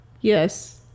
Yes